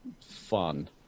fun